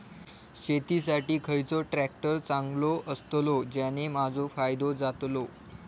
शेती साठी खयचो ट्रॅक्टर चांगलो अस्तलो ज्याने माजो फायदो जातलो?